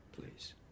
Please